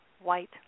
white